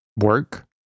work